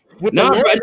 No